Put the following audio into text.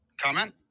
Comment